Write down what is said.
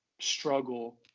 struggle